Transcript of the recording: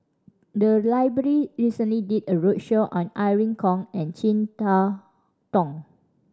the library recently did a roadshow on Irene Khong and Chin Harn Tong